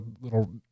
little